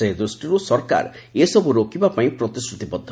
ସେ ଦୃଷ୍ଟିର୍ ସରକାର ଏସବୁ ରୋକିବା ପାଇଁ ପ୍ରତିଶ୍ରତିବଦ୍ଧ